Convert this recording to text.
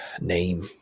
name